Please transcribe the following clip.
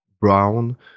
brown